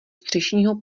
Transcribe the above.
střešního